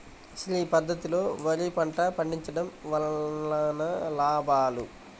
శ్రీ పద్ధతిలో వరి పంట పండించడం వలన లాభాలు?